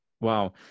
Wow